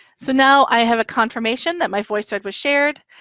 so now i have a confirmation that my voicethread was shared,